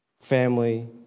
family